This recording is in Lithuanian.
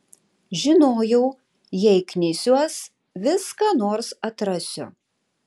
žinojau jei knisiuos vis ką nors atrasiu